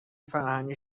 فرهنگ